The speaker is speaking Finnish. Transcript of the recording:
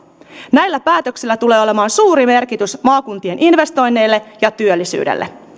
näillä päätöksillä tulee olemaan suuri merkitys maakuntien investoinneille ja työllisyydelle